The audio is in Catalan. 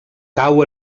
cau